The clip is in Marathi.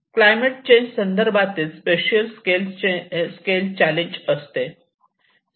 क्लायमेट चेंज संदर्भात स्पेशियल स्केल चॅलेंज असते